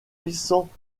puissants